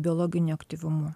biologiniu aktyvumu